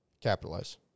capitalize